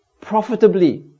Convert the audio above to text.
profitably